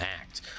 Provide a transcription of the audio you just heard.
act